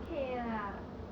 okay lah